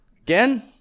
Again